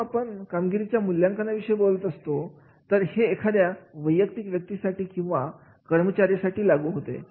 जेव्हा आपण कामगिरीच्या मूल्यांकन विषयी बोलत असतो तर हे एखाद्या वैयक्तिक व्यक्तीसाठी किंवा कर्मचाऱ्यांसाठी लागू होते